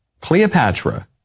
Cleopatra